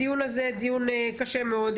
הדיון הזה הוא דיון קשה מאוד,